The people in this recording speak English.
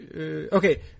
okay